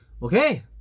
Okay